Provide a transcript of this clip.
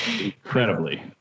incredibly